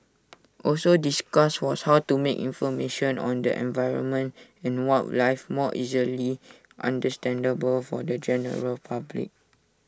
also discussed was how to make information on the environment and wildlife more easily understandable for the general public